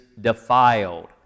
defiled